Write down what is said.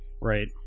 Right